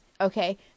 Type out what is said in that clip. okay